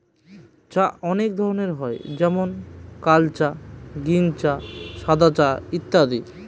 চা অনেক ধরনের হয় যেমন কাল চা, গ্রীন চা, সাদা চা ইত্যাদি